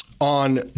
on